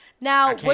Now